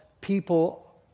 people